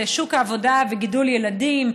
שוק העבודה וגידול הילדים,